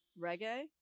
Reggae